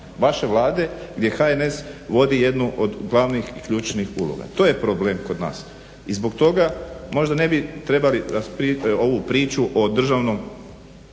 vaše Vlade gdje HNS vodi jednu od glavnih, ključnih uloga. To je problem kod nas. I zbog toga možda ne bi trebali ovu priču o državnom